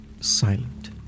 silent